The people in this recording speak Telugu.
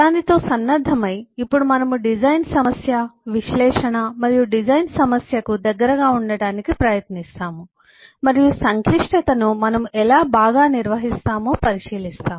దానితో సన్నద్ధమై ఇప్పుడు మనము డిజైన్ సమస్య విశ్లేషణ మరియు డిజైన్ సమస్యకు దగ్గరగా ఉండటానికి ప్రయత్నిస్తాము మరియు సంక్లిష్టతను మనము ఎలా బాగా నిర్వహిస్తామో పరిశీలిస్తాము